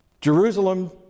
Jerusalem